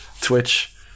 Twitch